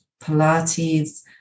pilates